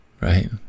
right